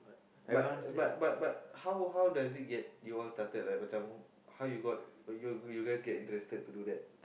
but but but but how how does it get y'all started macam how you got you you guys get interested to do that